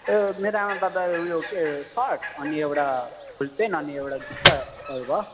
मेरो आमा बाबा उयो के सर्ट अनि एउटा फुल प्यान्ट अनि एउटा जुत्ताहरू भयो